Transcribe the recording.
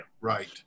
right